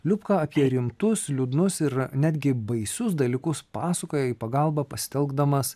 liubka apie rimtus liūdnus ir netgi baisius dalykus pasakoja į pagalbą pasitelkdamas